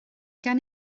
gen